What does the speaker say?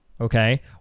okay